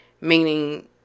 Meaning